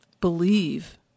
believe